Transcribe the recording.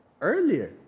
earlier